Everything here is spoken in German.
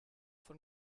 von